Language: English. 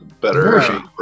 better